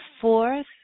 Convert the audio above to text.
fourth